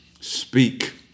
Speak